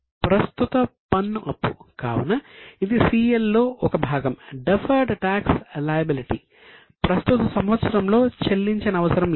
current tax liability ప్రస్తుత సంవత్సరంలో చెల్లించనవసరంలేదు